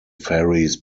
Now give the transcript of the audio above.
fairies